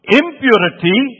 impurity